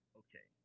okay